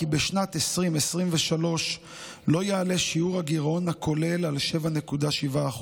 בשנת 2023 לא יעלה שיעור הגירעון הכולל על 7.7%,